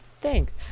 Thanks